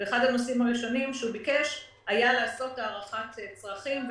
אחד הנושאים הראשונים שהוא ביקש היה לעשות הערכת צרכים,